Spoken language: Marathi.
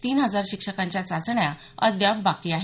तीन हजार शिक्षकांच्या चाचण्या अद्याप बाकी आहेत